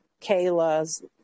Kayla's